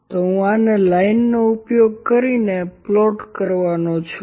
તો હું આને લાઈનો ઉપયોગ કરીને પ્લોટ કરવાનો છું